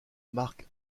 mark